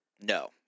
No